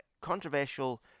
controversial